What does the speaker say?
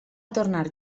tornar